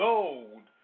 Gold